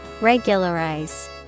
Regularize